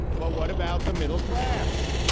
but what about the middle class?